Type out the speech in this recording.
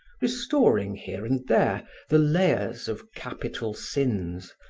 restoring here and there the layers of capital sins,